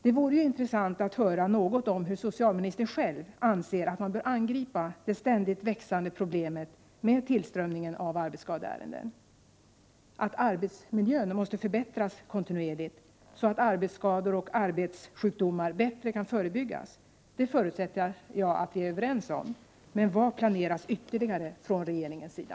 Det vore intressant att höra något om hur socialministern själv anser att man bör angripa det ständigt växande problemet med tillströmningen av arbetsskadeärenden. Att arbetsmiljön måste förbättras kontinuerligt, så att arbetsskador och arbetssjukdomar bättre kan förebyggas, förutsätter jag att vi är överens om. Men vad planeras ytterligare från regeringens sida?